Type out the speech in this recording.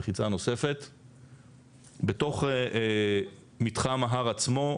בתוך מתחם ההר עצמו,